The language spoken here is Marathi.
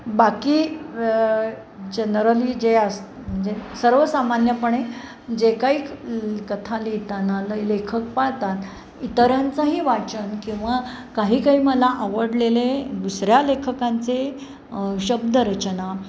बाकी जनरली जे असं जे सर्वसामान्यपणे जे काही कथा लिहिताना ल लेखक पाहतात इतरांचंही वाचन किंवा काही काही मला आवडलेले दुसऱ्या लेखकांचे शब्दरचना